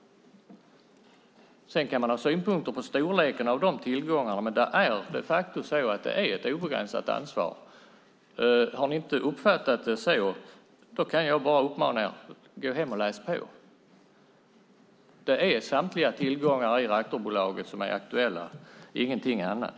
Sedan kan man ha synpunkter på storleken på dessa tillgångar, men det är de facto ett obegränsat ansvar. Har ni inte uppfattat det så kan jag bara uppmana: Gå hem och läs på. Det är samtliga tillgångar i aktiebolaget som är aktuella, ingenting annat.